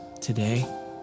Today